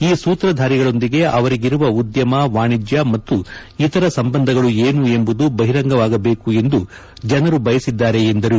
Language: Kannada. ಈ ಸೂತ್ರಧಾರಿಗಳೊಂದಿಗೆ ಅವರಿಗಿರುವ ಉದ್ದಮ ವಾಣಿಜ್ಞ ಮತ್ತು ಇತರ ಸಂಬಂಧಗಳು ಏನು ಎಂಬುದು ಬಹಿರಂಗವಾಗಬೇಕು ಎಂದು ಜನರು ಕೇಳುತ್ತಿದ್ದಾರೆ ಎಂದರು